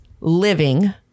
living